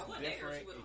different